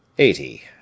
eighty